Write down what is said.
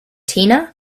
tina